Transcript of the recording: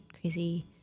crazy